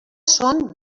són